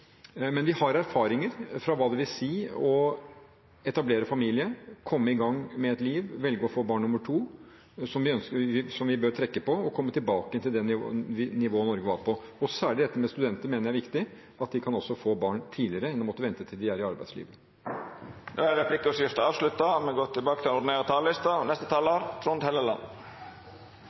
men vi har erfaringer fra hva det vil si å etablere familie, komme i gang med et liv, velge å få barn nummer to, som vi bør trekke på for å komme tilbake til det nivået Norge var på. Og jeg mener at dette som gjelder studenter er særlig viktig, at de kan få barn tidligere og ikke måtte vente til de er i arbeidslivet. Replikkordskiftet er omme. Tross venstresidens skremselsbilder går